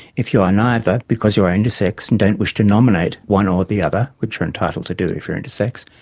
if you are neither, because you are intersex and don't wish to nominate one or the other, which you're entitled to do if you're intersex,